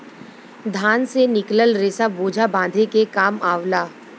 धान से निकलल रेसा बोझा बांधे के काम आवला